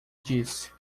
disse